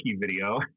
video